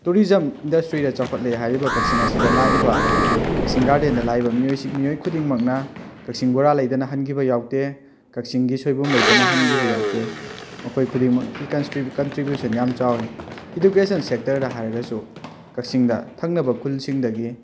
tourism ꯏꯟꯗꯁꯇ꯭ꯔꯤꯗ ꯆꯥꯎꯈꯠꯂꯦ ꯍꯥꯏꯔꯤꯕ ꯀꯛꯆꯤꯡ ꯑꯁꯤꯗ ꯂꯥꯛꯏꯕꯥ ꯀꯛꯆꯤꯡ ꯒꯥꯔꯗꯦꯟꯗ ꯂꯥꯛꯏꯕ ꯃꯤꯑꯣꯏ ꯈꯨꯗꯤꯡꯃꯛꯅ ꯀꯛꯆꯤꯡ ꯕꯣꯔꯥ ꯂꯩꯗꯅ ꯍꯟꯈꯤꯕ ꯌꯥꯎꯗꯦ ꯀꯛꯆꯤꯡꯒꯤ ꯁꯣꯏꯕꯨꯝ ꯂꯩꯗꯅ ꯍꯟꯈꯤꯕ ꯌꯥꯎꯗꯦ ꯃꯈꯣꯏ ꯈꯨꯗꯤꯡꯃꯛꯀꯤ ꯀꯟꯇ꯭ꯔꯤꯕ꯭ꯤꯌꯨꯁꯟ ꯌꯥꯝꯅ ꯆꯥꯎꯏ ꯏꯗꯨꯀꯦꯁꯟ ꯁꯦꯛꯇꯔꯗ ꯍꯥꯏꯔꯒꯁꯨ ꯀꯛꯆꯤꯡꯗ ꯊꯪꯅꯕ ꯈꯨꯜꯁꯤꯡꯗꯒꯤ